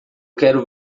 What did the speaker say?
quero